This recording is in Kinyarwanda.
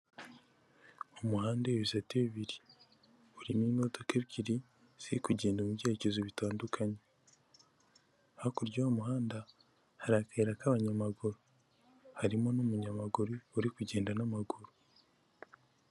Umuhanda w'ibisate bibiri umimo imodoka ebyiri, ziri kugenda mu byerekezo bitandukanye hakurya y'umuhanda hari akayira k'abanyamaguru harimo n'umunyamaguru wari kugenda n'amaguru.